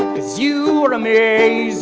cause you were amazing,